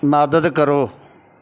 ਮਦਦ ਕਰੋ